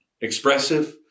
expressive